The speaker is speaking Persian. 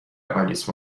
آلیس